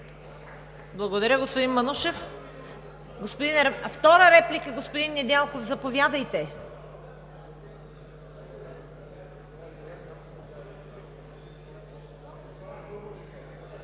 Благодаря, господин Манушев. Втора реплика? Господин Недялков, заповядайте.